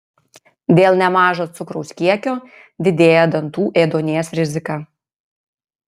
dėl nemažo cukraus kiekio didėja dantų ėduonies rizika